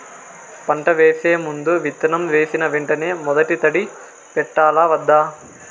పంట వేసే ముందు, విత్తనం వేసిన వెంటనే మొదటి తడి పెట్టాలా వద్దా?